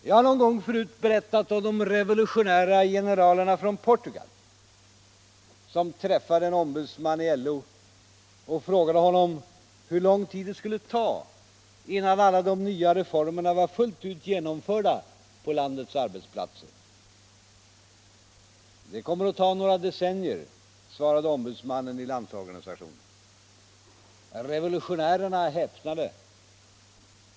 Jag har någon gång förut berättat om de revolutionära generalerna från Portugal som träffade en ombudsman i LO och frågade honom hur lång tid det skulle ta innan alla de nya reformerna var fullt ut genomförda på landets arbetsplatser. ”Det kommer att ta några decennier”, svarade ombudsmannen i Landsorganisationen. Revolutionärerna häpnade.